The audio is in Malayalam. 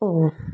ഓ